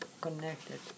connected